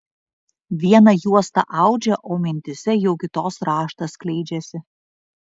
vieną juostą audžia o mintyse jau kitos raštas skleidžiasi